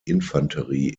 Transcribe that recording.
infanterie